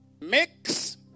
Mix